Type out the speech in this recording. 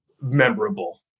memorable